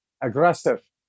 aggressive